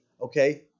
okay